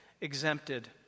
exempted